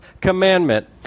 commandment